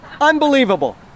Unbelievable